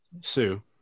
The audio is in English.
Sue